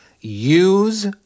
use